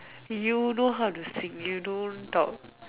you know how to sing you don't talk